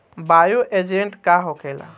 Bio agent का होखेला?